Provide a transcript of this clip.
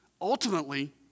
Ultimately